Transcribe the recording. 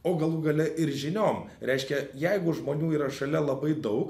o galų gale ir žiniom reiškia jeigu žmonių yra šalia labai daug